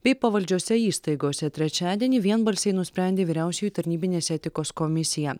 bei pavaldžiose įstaigose trečiadienį vienbalsiai nusprendė vyriausioji tarnybinės etikos komisija